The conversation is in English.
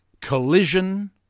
Collision